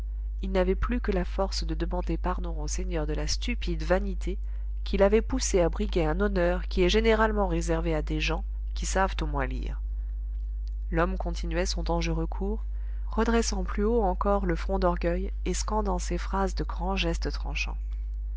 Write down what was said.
il n'avait plus que la force de demander pardon au seigneur de la stupide vanité qui l'avait poussé à briguer un honneur qui est généralement réservé à des gens qui savent au moins lire l'homme continuait son dangereux cours redressant plus haut encore le front d'orgueil et scandant ses phrases de grands gestes tranchants